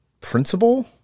principal